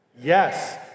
Yes